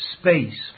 space